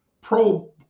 pro-